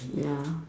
ya